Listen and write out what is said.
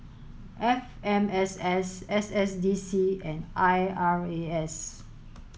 F M S S S S D C and I R A S